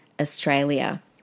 Australia